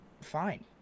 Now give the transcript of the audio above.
fine